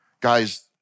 Guys